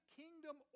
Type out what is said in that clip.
kingdom